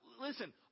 Listen